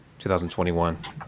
2021